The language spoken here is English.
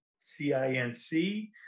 C-I-N-C